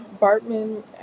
Bartman